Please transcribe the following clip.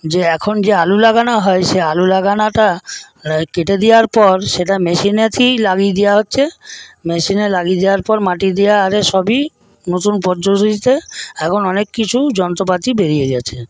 যে এখন যে আলু লাগানো হয় সেই আলু লাগানোটা কেটে দেওয়ার পর সেটা মেশিনেই লাগিয়ে দেওয়া হচ্ছে মেশিনে লাগিয়ে দেওয়ার পর মাটি দিয়ে আর সবই নতুন পদ্ধতিতে এখন অনেক কিছু যন্ত্রপাতি বেরিয়ে গিয়েছে